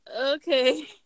okay